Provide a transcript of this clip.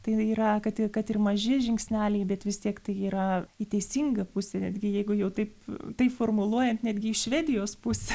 tai yra kad ir kad ir maži žingsneliai bet vis tiek tai yra į teisingą pusę netgi jeigu jau taip taip formuluojant netgi į švedijos pusę